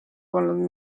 polnud